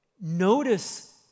Notice